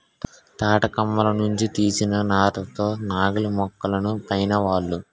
తాటికమ్మల నుంచి తీసిన నార తో నాగలిమోకులను పేనేవాళ్ళు